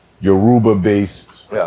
Yoruba-based